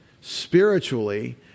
spiritually